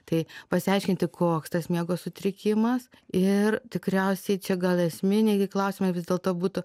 tai pasiaiškinti koks tas miego sutrikimas ir tikriausiai čia gal esmė netgi klausimai vis dėlto būtų